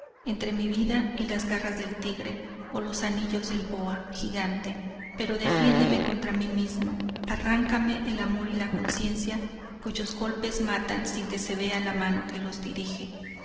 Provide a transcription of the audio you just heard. entre mi vida y las garras del tigre o los anillos del boa gigante pero defiéndeme contra mi mismo arráncame el amor y la conciencia cuyos golpes matan sin que se vea la mano que los dirige